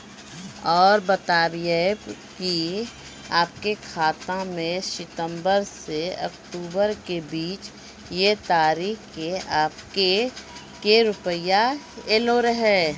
और बतायब के आपके खाते मे सितंबर से अक्टूबर के बीज ये तारीख के आपके के रुपिया येलो रहे?